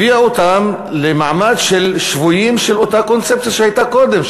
הביאה אותם למעמד של שבויים באותה קונספציה שהייתה קודם,